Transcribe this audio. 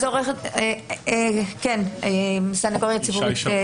הסנגוריה הציבורית.